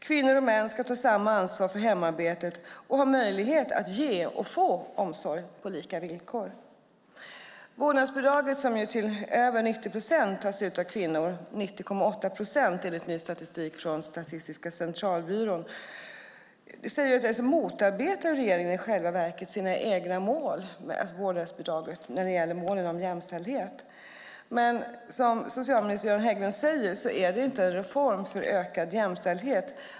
Kvinnor och män ska ta samma ansvar för hemarbetet och ha möjlighet att ge och få omsorg på lika villkor. Vårdnadsbidraget tas till 90,8 procent ut av kvinnor enligt ny statistik från Statistiska centralbyrån. Med vårdnadsbidraget motarbetar regeringen i själva verket sina egna mål om jämställdhet. Som socialminister Göran Hägglund säger är det inte en reform för ökad jämställdhet.